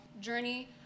journey